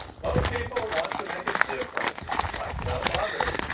most people want to make a difference and like to help others.